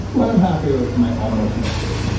but i'm happy with my almost muscular